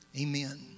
amen